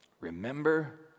remember